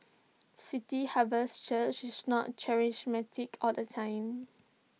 city harvest church is not charismatic all the time